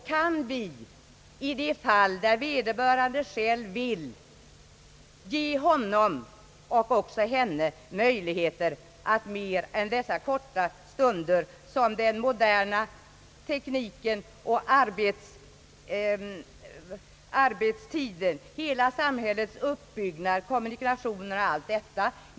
Kan vi i de fall, där vederbörande själv vill, ge honom och även henne möjlighet att mer än de korta stunder som den moderna tekniken, arbetstiden, hela samhällets uppbyggnad, kommunikationer etc.